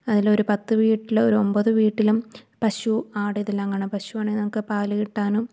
അതിലൊര് പത്ത് വീട്ടില് ഒരു ഒമ്പത് വീട്ടിലും പശു ആട് ഇതെല്ലാം കാണാം പശുവാണേൽ നമുക്ക് പാല് കിട്ടാനും